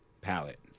palette